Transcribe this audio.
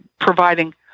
providing